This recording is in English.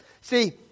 See